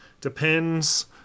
Depends